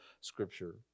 Scripture